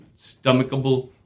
stomachable